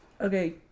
okay